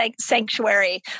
sanctuary